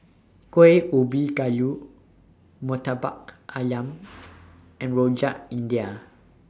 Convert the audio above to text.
Kueh Ubi Kayu Murtabak Ayam and Rojak India